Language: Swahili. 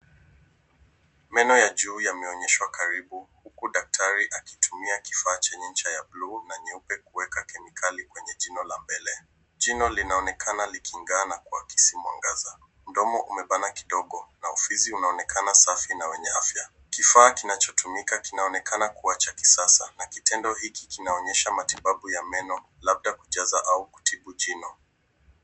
Meno ya juu yameonyeshwa karibu, huku daktari akitumia kifaa chenye ncha ya bluu na nyeupe kuweka kemikali kwenye jino la mbele. Jino linaonekana liking'aa na kuakisi mwangaza. Mdomo umebana kidogo, na ufizi unaonekana safi na wenye afya. Kifaa kinachotumika kinaonekana kuwa cha kisasa, na kitendo hiki kinaonyesha matibabu ya meno labda kujaza au kutibu jino.